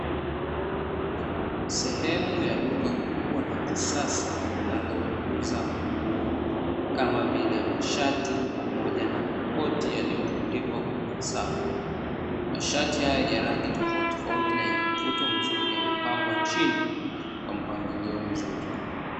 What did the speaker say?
Sehemu ya duka kubwa la kisasa linalouza nguo kama vile mashati pamoja na makoti yaliyotundikwa kwenye safu. Mashati haya yenye rangi tofautitofauti na yenye mvuto mzuri yamepangwa chini kwa mpangilio mzuri.